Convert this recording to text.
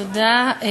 תודה.